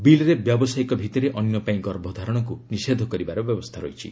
ବିଲ୍ରେ ବ୍ୟାବସାୟିକ ଭିଭିରେ ଅନ୍ୟପାଇଁ ଗର୍ଭଧାରଣକୁ ନିଷେଧ କରିବାର ବ୍ୟବସ୍ଥା ରହିଛି